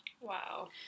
Wow